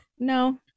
No